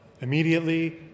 immediately